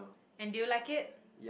and do you like it